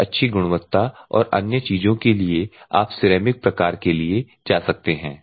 सबसे अच्छी गुणवत्ता और अन्य चीजों के लिए आप सिरेमिक प्रकार के लिए जा सकते हैं